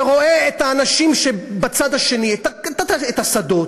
ורואה את האנשים שבצד השני: את השדות,